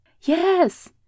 Yes